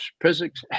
physics